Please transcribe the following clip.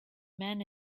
men